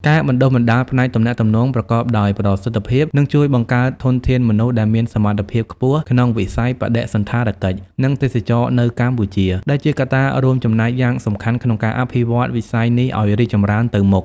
ការបណ្តុះបណ្តាលផ្នែកទំនាក់ទំនងប្រកបដោយប្រសិទ្ធភាពនឹងជួយបង្កើតធនធានមនុស្សដែលមានសមត្ថភាពខ្ពស់ក្នុងវិស័យបដិសណ្ឋារកិច្ច និងទេសចរណ៍នៅកម្ពុជា ដែលជាកត្តារួមចំណែកយ៉ាងសំខាន់ក្នុងការអភិវឌ្ឍវិស័យនេះ ឱ្យរីកចម្រើនទៅមុខ។